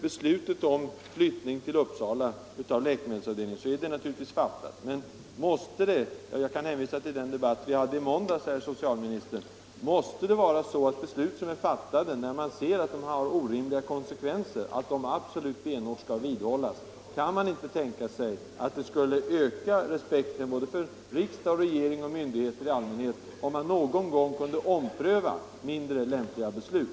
Beslutet om flyttning av läkemedelsavdelningen till Uppsala är naturligtvis fattat. Men måste det vara så — jag hänvisar till den debatt som vi hade i måndags, herr socialminister — att beslut som är fattade absolut benhårt måste vidhållas när man ser att de får orimliga konsekvenser? Kan man inte tänka sig att det skulle öka respekten för både regering och myndigheter i allmänhet om man någon gång kunde ompröva mindre lämpliga beslut?